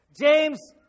James